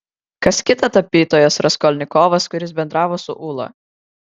kas kita tapytojas raskolnikovas kuris bendravo su ūla